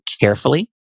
carefully